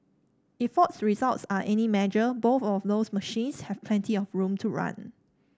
if Ford's results are any measure both of those machines have plenty of room to run